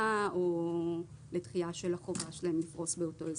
או לדחייה של החובה שלהם לפרוס באותו אזור.